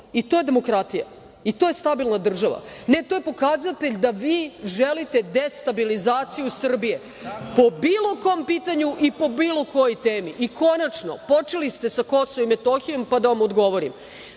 I to je demokratija i to je stabilna država? Ne, to je pokazatelj da vi želite destabilizaciju Srbije, po bilo kom pitanju i po bilo kojoj temi. Konačno, počeli ste sa Kosovom i Metohijom, pa da vam odgovorim.